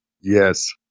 Yes